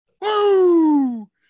Woo